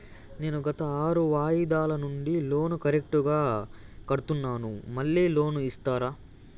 నేను గత ఆరు వాయిదాల నుండి లోను కరెక్టుగా కడ్తున్నాను, మళ్ళీ లోను ఇస్తారా?